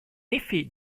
effet